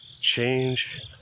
change